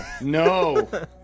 No